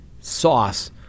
sauce